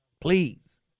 Please